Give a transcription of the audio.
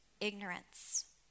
ignorance